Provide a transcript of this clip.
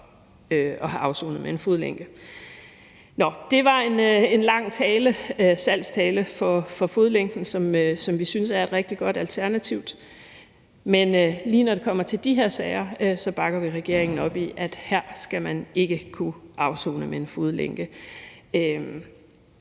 at have afsonet med en fodlænke. Det var en lang salgstale for fodlænken, som vi synes er et rigtig godt alternativ. Men lige når det kommer til de her sager, bakker vi regeringen op i, at her skal man ikke kunne afsone med en fodlænke.